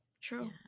true